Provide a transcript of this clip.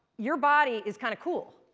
your body is kinda cool.